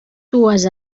dues